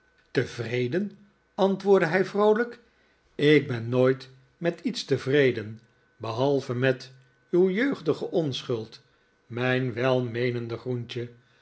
tevreden antwoordde hij vroolijk ik ben nooit met iets tevreden behalve met uw jeugdige onschuld mijn welmeenende groentje